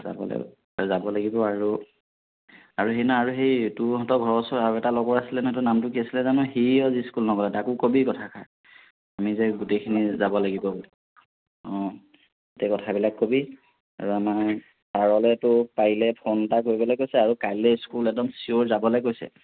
যাব লাগিব যাব লাগিব আৰু আৰু সেই ন আৰু সেই তহঁতৰ ঘৰৰ ওচৰত আৰু এটা লগৰ আছিলে নহয় তাৰ নামটো কি আছিলে জানো সিও আজি স্কুল নগ'লে তাকো ক'বি কথাষাৰ আমি যে গোটেইখিনি যাব লাগিব অঁ গোটেই কথাবিলাক ক'বি আৰু আমাৰ ছাৰলৈ তোৰ পাৰিলে ফোন এটা কৰিবলৈ কৈছে আৰু কাইলৈ স্কুল একদম চিয়'ৰ যাবলৈ কৈছে